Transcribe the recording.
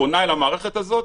פונה אל המערכת הזאת,